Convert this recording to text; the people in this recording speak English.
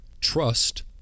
trust